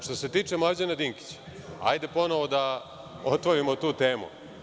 Što se tiče Mlađana Dinkića, hajde ponovo da otvorimo tu temu.